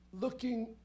looking